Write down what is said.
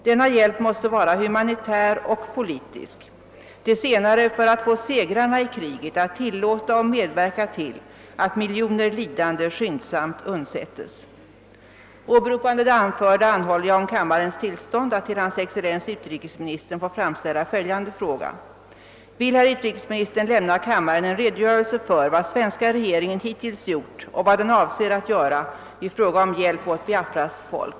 Denna hjälp måste vara humanitär och politisk, det senare för att få segrarna i kriget att tillåta och med-+ verka till att miljoner lidande människor skyndsamt undsättes. Åberopande det anförda anhåller jag om kammarens tillstånd att till hans excellens utrikesministern få framställa följande fråga: Vill herr utrikesministern lämna kammaren en redogörelse för vad svenska regeringen hittills gjort och vad den avser att göra i fråga om hjälp åt Biafras folk?